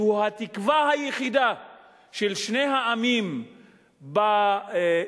שהוא התקווה היחידה של שני העמים באזור,